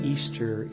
Easter